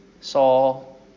Saul